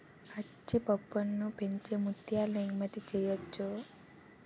ఆల్చిప్పలను పెంచి ముత్యాలను ఎగుమతి చెయ్యొచ్చు